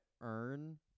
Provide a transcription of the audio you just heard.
earn